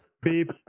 Beep